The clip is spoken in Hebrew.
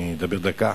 אני אדבר דקה אחת.